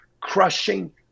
crushing